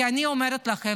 כי אני אומרת לכם,